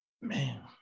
man